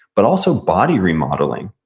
but also body remodeling.